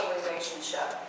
relationship